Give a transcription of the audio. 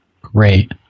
Great